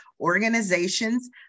organizations